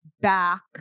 back